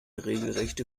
regelrechte